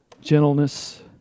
gentleness